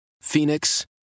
Phoenix